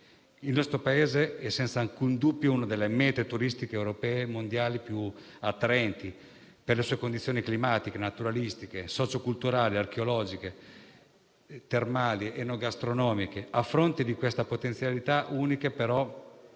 Il nostro Paese è, senza alcun dubbio, una delle mete turistiche europee e mondiali più attraenti per le sue condizioni climatiche, naturalistiche, socio-culturali, archeologiche, termali ed enogastronomiche. A fronte di queste potenzialità uniche, però,